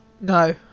No